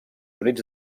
units